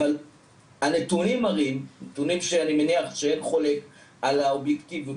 אבל הנתונים שאני מניח שאין חולק על האובייקטיביות